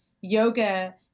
yoga